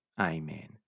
Amen